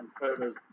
photos